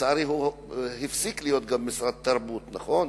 שלצערי הפסיק להיות גם משרד תרבות, נכון?